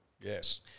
Yes